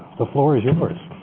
the floor is yours.